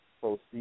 Proceed